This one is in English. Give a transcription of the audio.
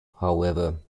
however